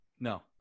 No